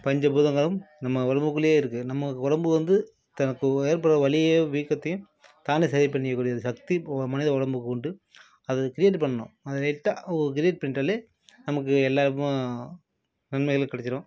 பஞ்ச பூதங்களும் நம்ம உடம்புக்குள்ளயே இருக்குது நம்ம உடம்பு வந்து தனக்கு ஏற்படும் வலியை வீக்கத்தையும் தானே சரி பண்ணிக்கக்கூடிய சக்தி மனித உடம்புக்கு உண்டு அது கிரியேட் பண்ணணும் அதை லைட்டாக ஒரு கிரியேட் பண்ணிட்டாலே நமக்கு எல்லோருக்கும் நன்மைகள் கிடைச்சிரும்